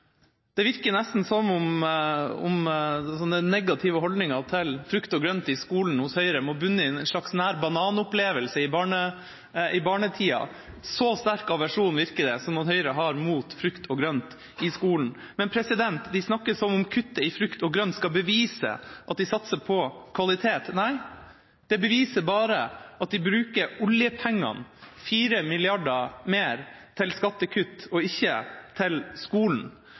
Det virker nesten som om sånne negative holdninger til frukt og grønt i skolen hos Høyre må bunne i en slags nær-banan-opplevelse i barnetida – så sterk aversjon virker det som om Høyre har mot frukt og grønt i skolen. Men de snakker som om kuttet i frukt og grønt skal bevise at de satser på kvalitet. Nei, det beviser bare at de bruker oljepengene – 4 mrd. kr mer – til skattekutt, og ikke til skolen.